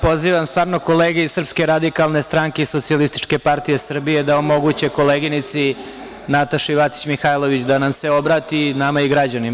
Pozivam kolege iz Srpske radikalne stranke i Socijalističke partije Srbije da omoguće koleginici Nataši Vacić Mihailović da se obrati nama i građanima.